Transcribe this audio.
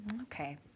Okay